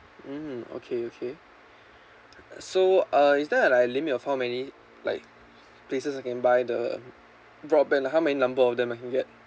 mm okay okay so uh is there a like limit of how many like places I can buy the broadband how many number of them I can get